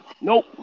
Nope